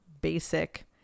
basic